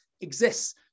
exists